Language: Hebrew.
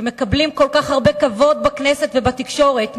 שמקבלים כל כך הרבה כבוד בכנסת ובתקשורת,